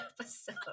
episode